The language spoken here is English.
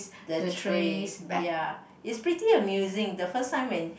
the tray ya it's pretty amusing the first time when